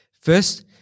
First